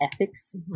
ethics